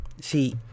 See